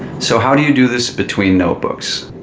so how do you do this between notebooks?